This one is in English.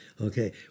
Okay